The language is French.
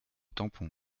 tampon